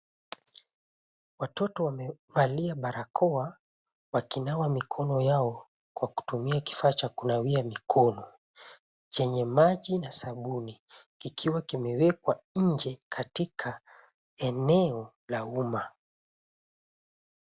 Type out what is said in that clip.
Watoto wamevalia barakoa wakinawa mikono yao kwa kutumia kifaa cha kunawia mikono, chenye maji na sabuni, kikiwa kimewekwa nje katika eneo la umma.